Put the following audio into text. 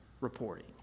reporting